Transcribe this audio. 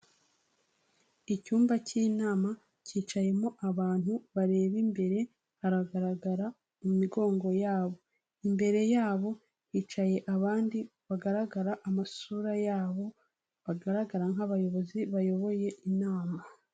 Icyumba cy'inama kicayemo abantu bareba imbere, hagaragara mu migongo yabo, imbere yabo hicaye abandi bagaragara amasura yabo, bagaragara nk'abayobozi bayoboye inama.